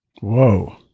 Whoa